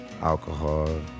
alcohol